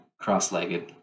cross-legged